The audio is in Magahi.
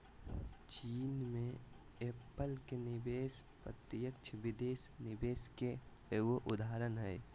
चीन मे एप्पल के निवेश प्रत्यक्ष विदेशी निवेश के एगो उदाहरण हय